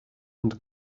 and